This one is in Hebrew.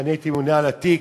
כשאני הייתי ממונה על התיק,